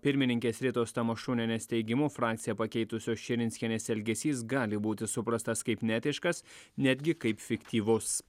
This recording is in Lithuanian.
pirmininkės ritos tamašunienės teigimu frakciją pakeitusios širinskienės elgesys gali būti suprastas kaip neetiškas netgi kaip fiktyvus